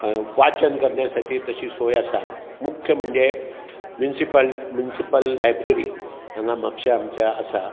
वाचन करण्या साठी तशी सोय आसा मुख्य म्हणजे मुन्सिपल मुन्सिपल लायब्ररी हांगा म्हापशां आमच्या आसा